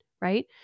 right